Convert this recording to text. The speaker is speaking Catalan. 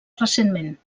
recentment